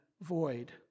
void